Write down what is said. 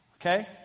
Okay